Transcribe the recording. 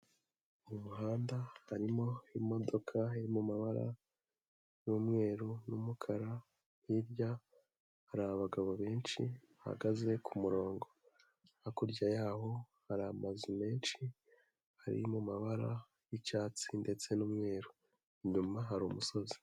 Mu muhanda harimo imodoka yo mu mabara y'umweru n'umukara, hirya hari abagabo benshi bahagaze kumurongo. Hakurya yaho hari amazu menshi hari amabara yicyatsi, ndetse n'umweru inyuma hari umusozi.